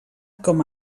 com